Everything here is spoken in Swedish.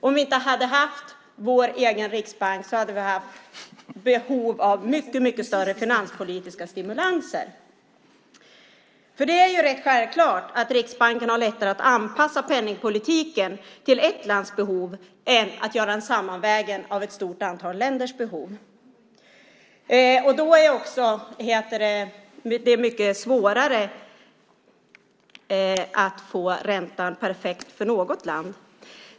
Om vi inte hade haft vår egen riksbank hade vi haft behov av mycket större finanspolitiska stimulanser. Det är rätt självklart att Riksbanken har lättare att anpassa penningpolitiken till ett lands behov än att göra en sammanvägning av ett stort antal länders behov. Då är det också mycket svårare att få räntan perfekt för något land.